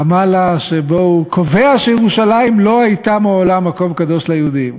שבו הוא קובע שירושלים לא הייתה מעולם מקום קדוש ליהודים,